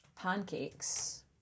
pancakes